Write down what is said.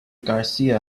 garcia